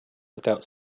without